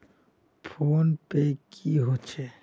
Phone पै की होचे?